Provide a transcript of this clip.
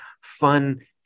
fun